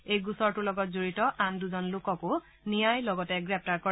এই গোচৰটোৰ লগত জড়িত আন দুজন লোককো লগতে গ্ৰেপ্তাৰ কৰে